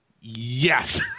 Yes